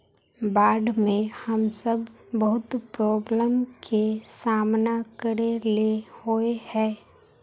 बाढ में हम सब बहुत प्रॉब्लम के सामना करे ले होय है?